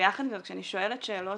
וביחד עם זאת כשאני שואלת שאלות,